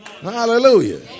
Hallelujah